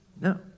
No